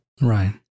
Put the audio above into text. Right